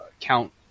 Count